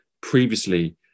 previously